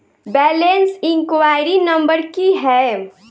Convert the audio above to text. Balance inquiry number की है?